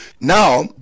now